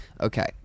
Okay